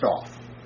off